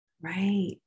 Right